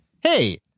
hey